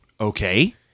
Okay